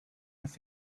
with